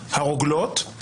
הרוגלות.